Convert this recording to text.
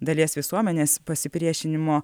dalies visuomenės pasipriešinimo